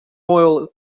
oil